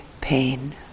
pain